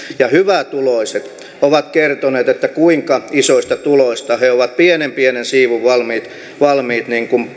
ja hyvätuloiset ovat kertoneet kuinka isoista tuloista he ovat pienenpienen siivun valmiit valmiit